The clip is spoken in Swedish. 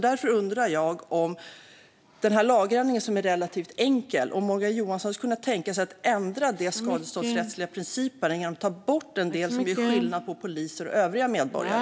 Därför undrar jag om den här lagändringen, som är relativt enkel. Skulle Morgan Johansson kunna tänka sig att ändra de skadeståndsrättsliga principerna genom att ta bort den del som gör skillnad på poliser och övriga medborgare?